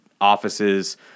offices